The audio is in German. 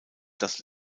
das